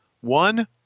One